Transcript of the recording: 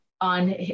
on